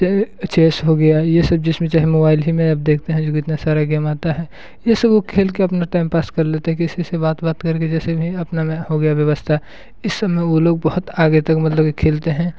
चेय चेस हो गया ये सब जिस में चाहे मोबाइल ही में अब देखते हैं जो कि इतने सारे गेम आते हैं ये सब वो खेल के अपना टाइम पास कर लेते हैं किसी से बात वात कर के जैसे भी अपना में हो गया व्यवस्था इस सब में वो लोग बहुत आगे तक मतलब खेलते हैं